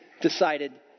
decided